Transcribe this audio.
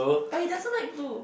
but he doesn't like to